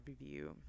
review